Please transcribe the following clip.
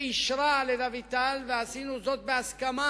שאישרה לדוד טל, ועשינו זאת בהסכמה,